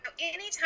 anytime